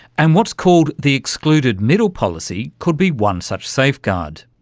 and what's called the excluded middle policy could be one such safeguard.